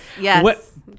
yes